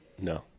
No